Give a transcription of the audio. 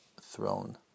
throne